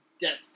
depth